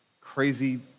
crazy